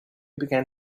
began